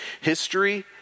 history